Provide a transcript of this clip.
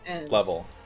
level